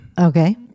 Okay